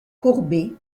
courbé